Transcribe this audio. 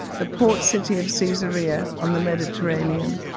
the port city of caesaria on the mediterranean,